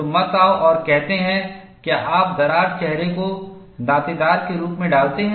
तो मत आओ और कहते हैं क्यों आप दरार चेहरे को दांतेदार के रूप में डालते हैं